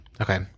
okay